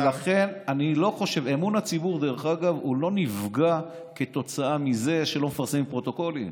אמון הציבור הוא לא נפגע כתוצאה מזה שלא מפרסמים פרוטוקולים,